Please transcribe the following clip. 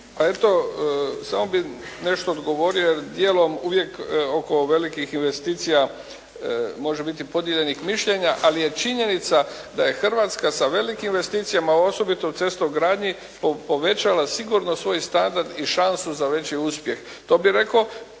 Pa eto samo bih nešto odgovorio, jer dijelom uvijek oko velikih investicija može biti podijeljenih mišljenja, ali je činjenica da je Hrvatska sa velikim investicijama osobito u cestogradnji povećala sigurno svoj standard i šansu za veći uspjeh. To bih rekao,